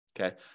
Okay